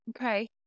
Okay